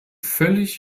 völlig